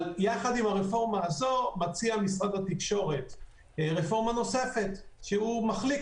יחד עם הרפורמה הזאת מציע משרד התקשורת רפורמה נוספת שהוא מחליק